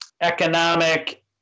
economic